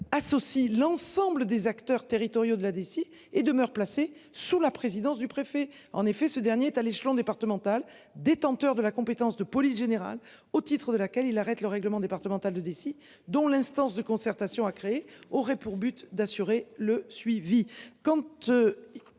associe l'ensemble des acteurs territoriaux de la DSI et demeure placé sous la présidence du préfet en effet ce dernier tu à l'échelon départemental, détenteur de la compétence de police générale au titre de laquelle il arrête le règlement départemental de ici dont l'instance de concertation a créé aurait pour but d'assurer le suivi